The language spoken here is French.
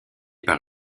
par